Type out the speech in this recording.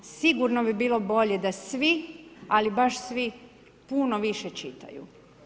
Sigurno bi bilo bolje, da svi, ali baš svi puno više čitaju.